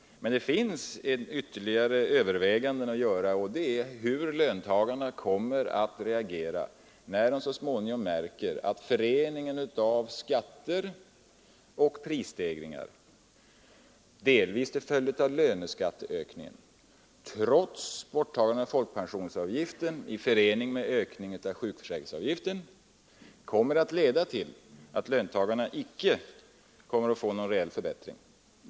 Men det finns ytterligare överväganden att göra, och de gäller hur löntagarna kommer att reagera när de så småningom märker att föreningen av skatter och prisstegringar, delvis till följd av löneskattehöjningen — trots borttagandet av folkpensionsavgiften— tillsammans med ökningen av sjukförsäkringsavgiften, leder till att de icke får någon reell förbättring.